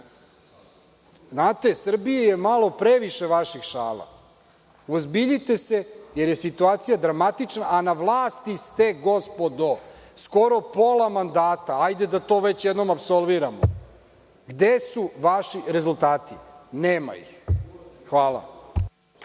prozor. Znate, Srbiji je malo previše vaših šala. Uozbiljite se jer je situacija dramatična, a na vlasti ste gospodo skoro pola mandata. Hajde da to već jednom apsolviramo. Gde su vaši rezultati? Nema ih. Hvala.